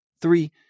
Three